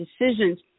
decisions